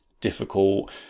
difficult